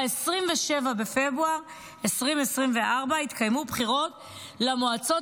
ב-27 בפברואר 2024 התקיימו בחירות למועצות